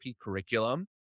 curriculum